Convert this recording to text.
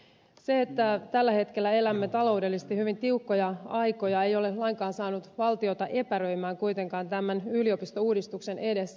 se että tällä hetkellä elämme taloudellisesti hyvin tiukkoja aikoja ei ole lainkaan saanut valtiota epäröimään kuitenkaan tämän yliopistouudistuksen edessä